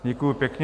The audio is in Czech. Děkuji pěkně.